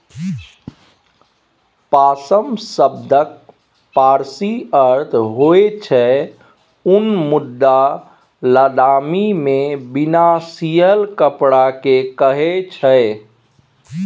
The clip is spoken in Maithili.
पाश्म शब्दक पारसी अर्थ होइ छै उन मुदा लद्दाखीमे बिना सियल कपड़ा केँ कहय छै